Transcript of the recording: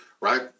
right